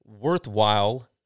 worthwhile